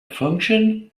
function